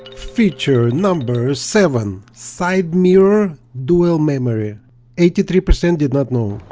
feature number seven side mirror dual memory eighty three percent did not know